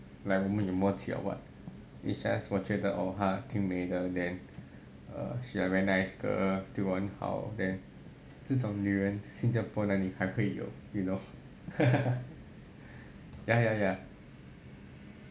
like 我们有默契 or what it's just 我觉得 oh 挺美的 then err she like very nice err 对我很好 then 这种女人新加坡哪里还会有 you know